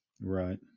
Right